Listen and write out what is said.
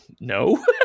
No